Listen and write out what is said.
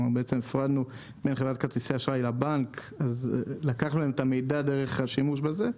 הפרדנו מחברת כרטיסי האשראי לבנק ולקחנו להם את המידע דרך השימוש בזה,